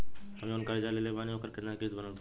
हम जऊन कर्जा लेले बानी ओकर केतना किश्त बनल बा?